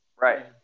right